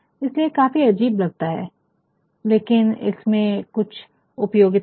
इसलिए ये काफी अजीब लगता है लेकिन इसमें कुछ उपयोगिता है